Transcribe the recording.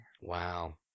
Wow